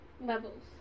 levels